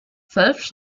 phelps